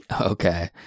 okay